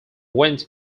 went